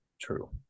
true